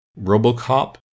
Robocop